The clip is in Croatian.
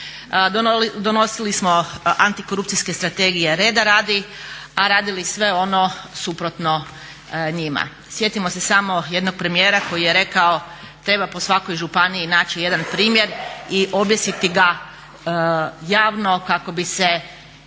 Donosili smo antikorupcijske strategije reda radi, a radili sve ono suprotno njima. Sjetimo se samo jednog premijera koji je rekao, treba po svakoj županiji naći jedan primjer i objesiti ga javno kako bi se